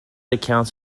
accounts